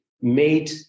made